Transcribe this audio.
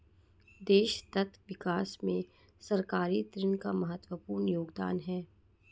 देश सतत विकास में सरकारी ऋण का महत्वपूर्ण योगदान है